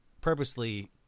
purposely –